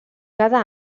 cada